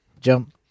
Jump